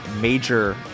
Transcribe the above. major